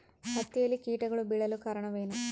ಹತ್ತಿಯಲ್ಲಿ ಕೇಟಗಳು ಬೇಳಲು ಕಾರಣವೇನು?